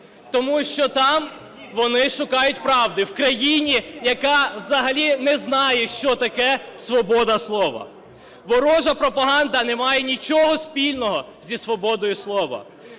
тому що там вони шукають правди, в країні, яка взагалі не знає що таке свобода слова. Ворожа пропаганда не має нічого спільного із свободою слова,